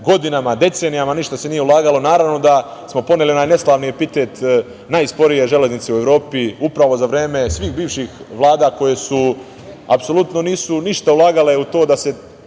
godinama, decenijama ništa se nije ulagalo. Naravno da smo poneli onaj neslavni epitet najsporije železnice u Evropi upravo za vreme svih bivših vlada koje apsolutno ništa nisu ulagale u to da se